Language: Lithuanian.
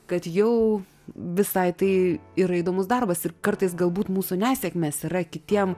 kad jau visai tai yra įdomus darbas ir kartais galbūt mūsų nesėkmės yra kitiem